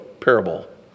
parable